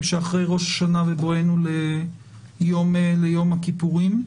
שאחרי ראש השנה בואנו יום הכיפורים.